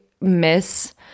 miss